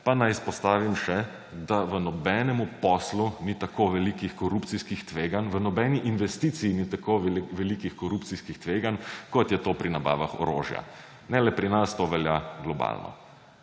pa naj izpostavim še, da v nobenem poslu ni tako velikih korupcijskih tveganj, v nobeni investiciji ni tako velikih korupcijskih tveganj, kot je to pri nabavah orožja. Ne le pri nas, to velja globalno,